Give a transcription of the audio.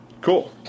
Cool